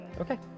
Okay